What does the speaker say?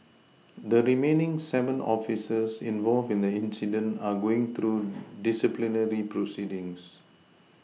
the remaining seven officers involved in the incident are going through disciplinary proceedings